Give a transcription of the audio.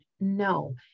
no